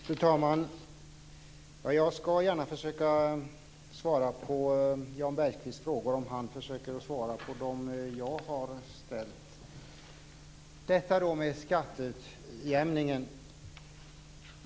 Fru talman! Jag ska gärna försöka svara på Jan Bergqvists frågor om han försöker svara på dem jag har ställt. Jag tar upp frågan om skatteutjämningen.